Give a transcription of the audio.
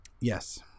yes